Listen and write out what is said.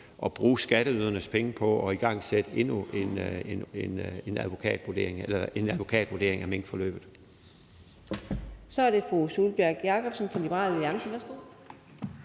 at bruge skatteydernes penge på at igangsætte en advokatvurdering af minkforløbet.